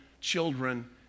children